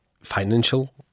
financial